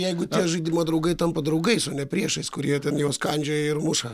jeigu tie žaidimo draugai tampa draugais o ne priešais kurie ten juos kandžioja ir muša